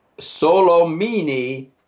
Solomini